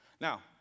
Now